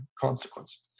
consequence